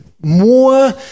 more